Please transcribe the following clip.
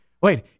wait